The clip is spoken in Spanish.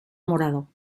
morado